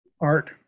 Art